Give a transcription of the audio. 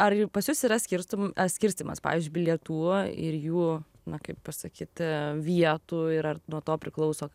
ar ir pas jus yra skirstomų skirstymas pavyzdžiui bilietų ir jų na kaip pasakyt vietų ir ar nuo to priklauso